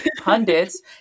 pundits